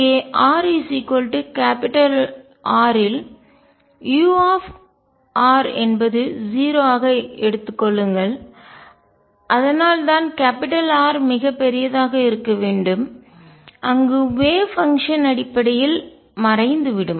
இங்கே r R இல் u என்பது 0 ஆக இருக்க எடுத்துக் கொள்ளுங்கள் அதனால்தான் கேப்பிடல் R மிகப் பெரியதாக இருக்க வேண்டும் அங்கு வேவ் பங்ஷன் அலை செயல்பாடு அடிப்படையில் மறைந்துவிடும்